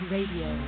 Radio